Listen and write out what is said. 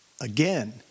Again